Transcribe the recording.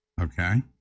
Okay